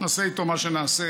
נעשה איתו מה שנעשה,